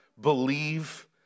believe